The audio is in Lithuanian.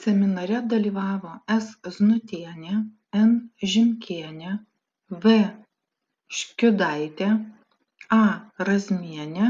seminare dalyvavo s znutienė n žimkienė v škiudaitė a razmienė